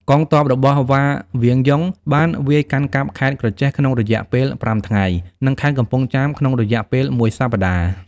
កងទ័ពរបស់ វ៉ា ង្វៀនយុង បានវាយកាន់កាប់ខេត្តក្រចេះក្នុងរយៈពេល ៥ ថ្ងៃ និងខេត្តកំពង់ចាមក្នុងរយៈពេលមួយសប្តាហ៍។